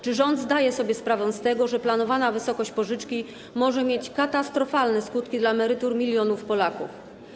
Czy rząd zdaje sobie sprawę z tego, że planowana wysokość pożyczki może mieć katastrofalne skutki dla emerytur milionów Polaków?